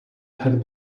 had